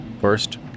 First